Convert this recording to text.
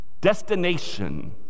destination